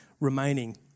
remaining